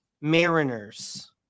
Mariners